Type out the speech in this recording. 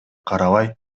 карабай